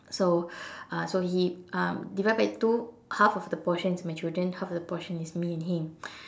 so uh so he um divided by two half of the portion is my children half the portion is me and him